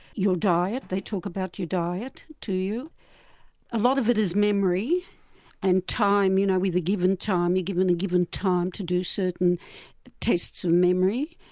your diet, they talk about your diet to you a lot of it is memory and time, you know with a given time, you're given a given time to do certain tests of memory.